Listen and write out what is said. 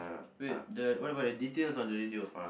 wait the what about the details on the radio